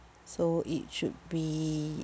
so it should be